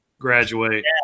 graduate